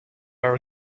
are